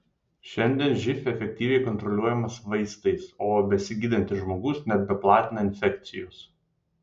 šiandien živ efektyviai kontroliuojamas vaistais o besigydantis žmogus nebeplatina infekcijos